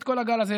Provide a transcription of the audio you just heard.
את כל הגל הזה,